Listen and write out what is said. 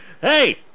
hey